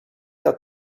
that